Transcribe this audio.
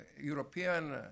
European